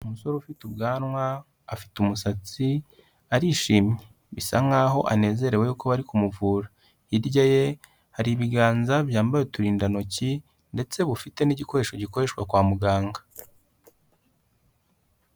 Umusore ufite ubwanwa afite umusatsi, arishimye bisa nkaho anezerewe ko bari kumuvura, hirya ye hari ibiganza byambaye uturindantoki ndetse bifite n'igikoresho gikoreshwa kwa muganga.